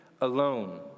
alone